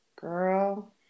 Girl